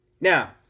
Now